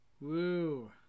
Woo